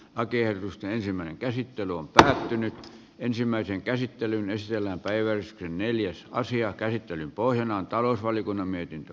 lakiehdotusten ensimmäinen käsittely on pysähtynyt ensimmäisen käsittelyn jos elän päivän neljässä asian käsittelyn pohjana on talousvaliokunnan mietintö